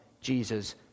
Jesus